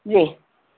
جی